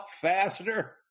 faster